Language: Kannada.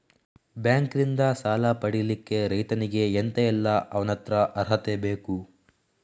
ಬ್ಯಾಂಕ್ ನಿಂದ ಸಾಲ ಪಡಿಲಿಕ್ಕೆ ರೈತನಿಗೆ ಎಂತ ಎಲ್ಲಾ ಅವನತ್ರ ಅರ್ಹತೆ ಬೇಕು?